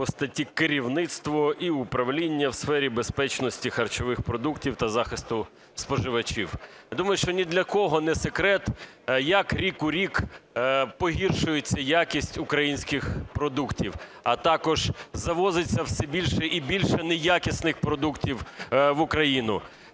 по статті "Керівництво і управління в сфері безпечності харчових продуктів та захисту споживачів". Я думаю, що ні для кого не секрет, як рік в рік погіршується якість українських продуктів, а також завозиться все більше і більше неякісних продуктів в Україну.